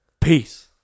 peace